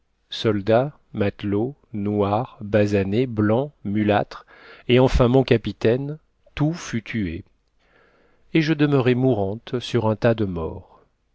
soldats matelots noirs basanés blancs mulâtres et enfin mon capitaine tout fut tué et je demeurai mourante sur un tas de morts